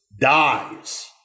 dies